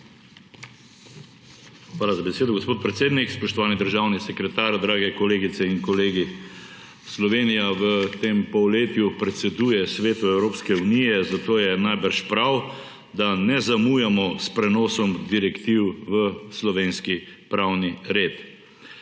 Hvala za besedo, gospod predsednik. Spoštovani državni sekretar, dragi kolegice in kolegi! Slovenija v tem polletju predseduje Svetu Evropske unije, zato je najbrž prav, da ne zamujamo s prenosom direktiv v slovenski pravni red.